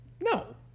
No